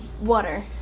water